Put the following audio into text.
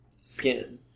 skin